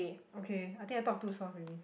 okay I think I talk too soft already